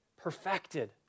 perfected